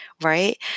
right